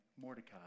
Mordecai